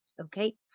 Okay